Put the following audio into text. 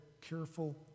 careful